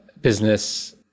business